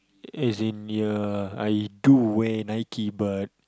as in ya I do wear Nike but